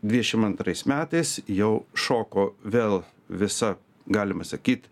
dvidešim antrais metais jau šoko vėl visa galima sakyt